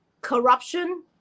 corruption